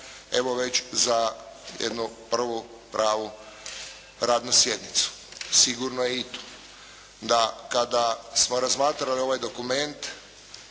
evo, već za jednu prvu, pravu radnu sjednicu. Sigurno je i to da kada smo razmatrali ovaj dokument,